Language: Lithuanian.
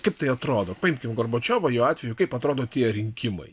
kaip tai atrodo paimkim gorbačiovą jo atveju kaip atrodo tie rinkimai